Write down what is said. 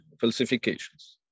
falsifications